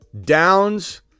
Downs